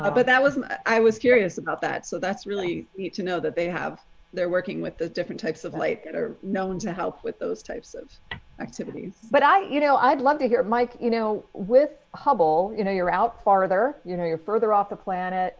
ah but that wasn't i was curious about that. so that's really neat to know that they have they're working with the different types of light that are known to help with those types of activities. but i you know, i'd love to hear mike, you know, with hubble. you know, you're out farther. you know, you're further off the planet